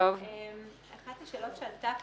השאלות שעלתה,